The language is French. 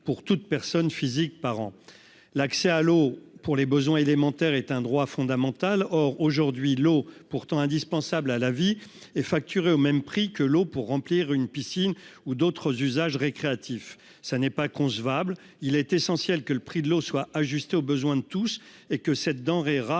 mondiale de la santé (OMS). L'accès à l'eau pour les besoins élémentaires est un droit fondamental. Or, alors qu'elle est pourtant indispensable à la vie, elle est facturée au même prix que l'eau destinée au remplissage des piscines ou à d'autres usages récréatifs. Ce n'est pas concevable. Il est essentiel que le prix de l'eau soit ajusté au besoin de tous et que cette denrée rare